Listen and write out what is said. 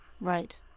Right